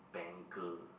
banker